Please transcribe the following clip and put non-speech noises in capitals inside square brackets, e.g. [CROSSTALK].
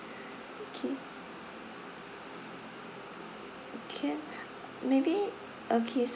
[BREATH] okay can [BREATH] maybe okay